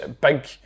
big